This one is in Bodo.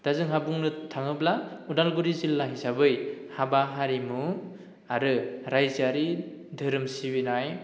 दा जोंहा बुंनो थाङोब्ला उदालगुरि जिल्ला हिसाबै हाबा हारिमु आरो रायजोआरि धोरोम सिबिनाय